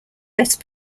better